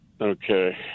Okay